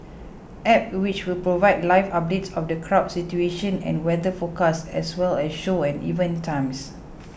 App which will provide live updates of the crowd situation and weather forecast as well as show and event times